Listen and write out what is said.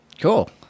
Cool